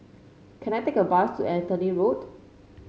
can I take a bus to Anthony Road